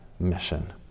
Mission